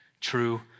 true